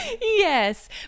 Yes